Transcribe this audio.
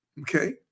Okay